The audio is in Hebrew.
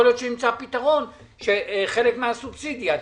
יכול להיות שנמצא פתרון שחלק מהסובסידיה תגדל,